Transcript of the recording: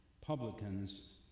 publicans